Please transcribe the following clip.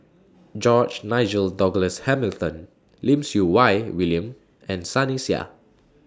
George Nigel Douglas Hamilton Lim Siew Wai William and Sunny Sia